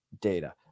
data